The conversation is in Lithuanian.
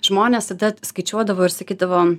žmonės tada skaičiuodavo ir sakydavo